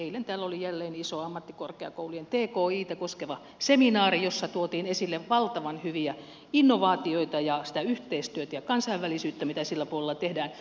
eilen täällä oli jälleen iso ammattikorkeakoulujen tkitä koskeva seminaari jossa tuotiin esille valtavan hyviä innovaatioita ja sitä yhteistyötä ja kansainvälisyyttä mitä sillä puolella tehdään